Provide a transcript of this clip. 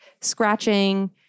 scratching